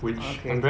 oh okay